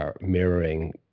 Mirroring